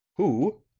who,